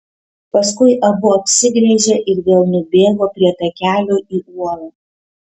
paskui abu apsigręžė ir vėl nubėgo prie takelio į uolą